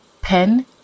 pen